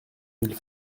mille